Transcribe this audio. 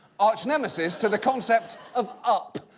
arch-nemesis to the concept of up.